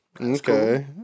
okay